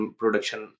production